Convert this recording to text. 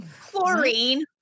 Chlorine